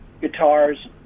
guitars